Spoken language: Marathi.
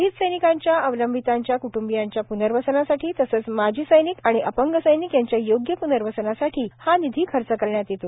शहीद सैनिकांच्या अवलंबितांच्या कुटुंबियांच्या पुनर्वसनासाठी तसंच माजी सैनिक आणि अपंग सैनिक यांच्या योग्य पुनर्वसनासाठी हा निधी खर्च करण्यात येतो